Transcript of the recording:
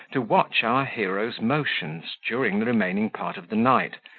to watch our hero's motions, during the remaining part of the night,